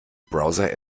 browser